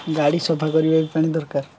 ଗାଡ଼ି ସଫା କରିବା ବି ପାଣି ଦରକାର